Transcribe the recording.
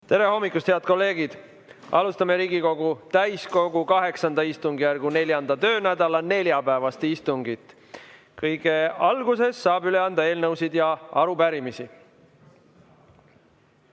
Tere hommikust, head kolleegid! Alustame Riigikogu täiskogu VIII istungjärgu 4. töönädala neljapäevast istungit. Kõige alguses saab üle anda eelnõusid ja arupärimisi.